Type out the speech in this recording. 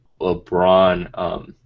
LeBron –